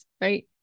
right